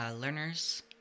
learners